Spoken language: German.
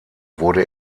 wurde